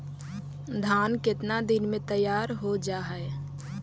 धान केतना दिन में तैयार हो जाय है?